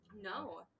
No